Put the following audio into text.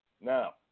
Now